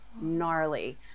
gnarly